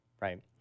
Right